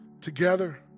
together